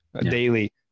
daily